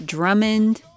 Drummond